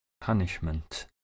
punishment